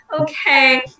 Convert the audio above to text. Okay